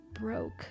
broke